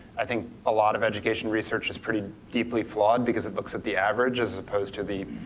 i think a lot of education research is pretty deeply flawed because it looks at the average as opposed to be